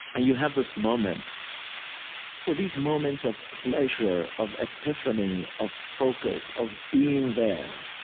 and you have this moment so these moments of pleasure, of epiphany, of focus, of being there,